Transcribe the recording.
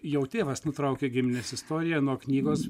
jau tėvas nutraukė giminės istoriją nuo knygos